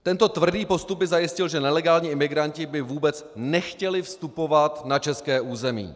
Tento tvrdý postup by zajistil, že nelegální imigranti by vůbec nechtěli vstupovat na české území.